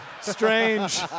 Strange